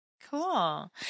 Cool